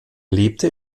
lebte